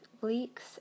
leaks